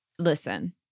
listen